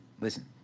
listen